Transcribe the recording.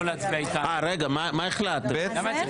רגע, מה הוחלט בסוף?